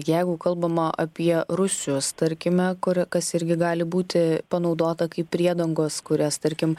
jeigu kalbama apie rusijos tarkime kuri kas irgi gali būti panaudota kaip priedangos kurias tarkim